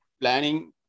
planning